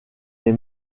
les